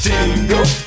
Jingle